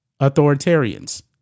authoritarians